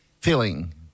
feeling